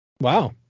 Wow